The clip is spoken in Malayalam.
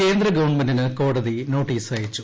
കേന്ദ്രഗവൺമെന്റിന് കോടതി നോട്ടീസ് അയച്ചു